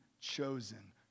chosen